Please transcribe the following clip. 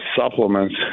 supplements